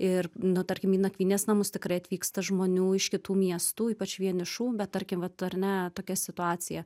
ir nu tarkim į nakvynės namus tikrai atvyksta žmonių iš kitų miestų ypač vienišų bet tarkim vat ar ne tokia situacija